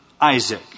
Isaac